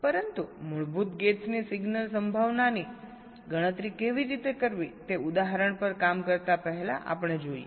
પરંતુ મૂળભૂત ગેટ્સની સિગ્નલ સંભાવનાની ગણતરી કેવી રીતે કરવી તે ઉદાહરણ પર કામ કરતા પહેલા આપણે જોઈએ